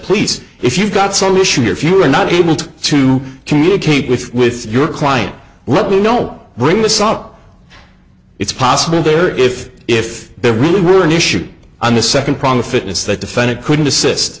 please if you've got some issues if you are not able to communicate with with your client let me know bring this up it's possible there if if there really were an issue on the second prong of fitness the defendant couldn't assist